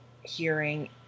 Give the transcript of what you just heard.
hearing